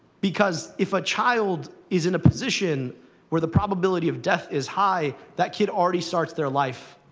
because, if a child is in a position where the probability of death is high, that kid already starts their life